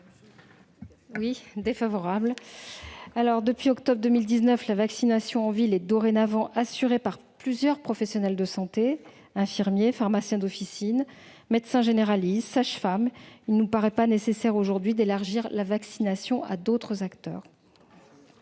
du Gouvernement ? Depuis octobre 2019, la vaccination en ville est assurée par plusieurs professionnels de santé : infirmiers, pharmaciens d'officine, médecins généralistes, sages-femmes ... Il ne nous paraît pas nécessaire d'élargir la vaccination à d'autres acteurs.